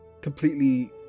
completely